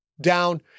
down